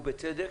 ובצדק,